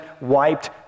wiped